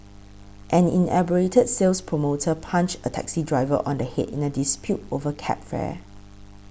an inebriated sales promoter punched a taxi driver on the head in a dispute over cab fare